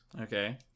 okay